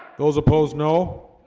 those opposed no